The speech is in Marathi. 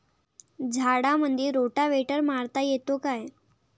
झाडामंदी रोटावेटर मारता येतो काय?